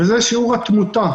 והוא שיעור התמותה.